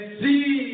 see